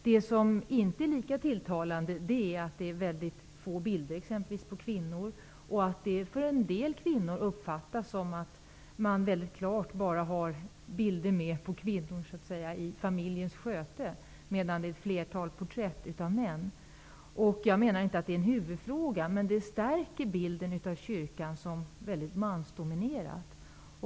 Det som är mindre tilltalande är att boken innehåller väldigt få bilder på kvinnor och då bilder enbart på kvinnor i familjens sköte men ett flertal porträtt av män. Detta är inte en huvudfråga, men det stärker bilden av kyrkan som väldigt mansdominerad.